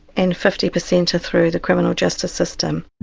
and fifty percent are through the criminal justice system.